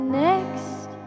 next